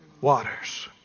waters